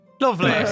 Lovely